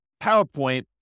PowerPoint